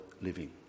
living